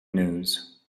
news